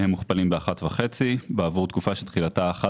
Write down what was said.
כשהם מוכפלים ב-1.5 בעבור תקופה שתחילתה 11